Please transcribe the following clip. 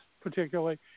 particularly